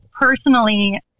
personally